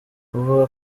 avuga